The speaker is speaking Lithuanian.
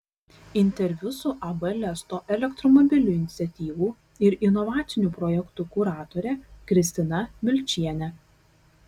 interviu su ab lesto elektromobilių iniciatyvų ir inovacinių projektų kuratore kristina milčiene